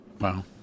Wow